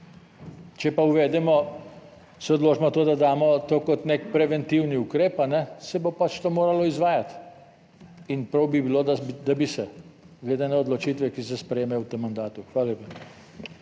Če pa uvedemo, se odločimo za to, da damo to kot nek preventivni ukrep, se bo pač to moralo izvajati in prav bi bilo, da bi se glede na odločitve, ki se sprejemajo v tem mandatu. Hvala lepa.